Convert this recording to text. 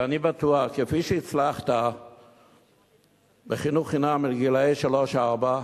ואני בטוח שכפי שהצלחת בחינוך חינם לגילאי שלוש-ארבע,